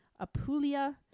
Apulia